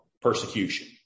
persecution